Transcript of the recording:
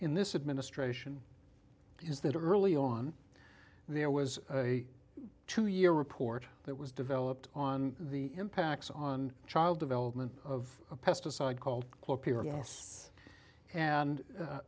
in this administration is that early on there was a two year report that was developed on the impacts on child development of a pesticide called